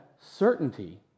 certainty